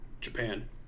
Japan